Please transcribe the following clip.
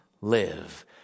live